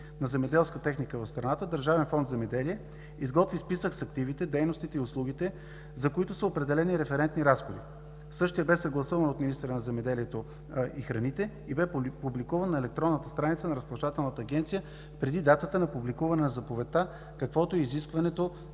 на земеделска техника в страната, Държавен фонд „Земеделие“ изготви списък с активите, дейностите и услугите, за които са определени референтни разходи. Същият бе съгласуван от министъра на земеделието и храните и бе публикуван на електронната страница на Разплащателната агенция преди датата на публикуване на заповедта, каквото е изискването